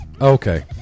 okay